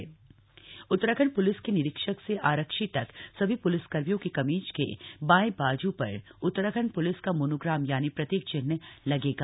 monogram Uttarakhand police के निरीक्षक से आरक्षी तक सभी प्लिसकर्मियों की कमीज के बायें बाजू पर उत्तराखण्ड प्लिस का मोनोग्राम यानि प्रतीक चिन्ह लगेगा